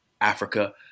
Africa